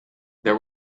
there